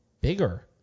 bigger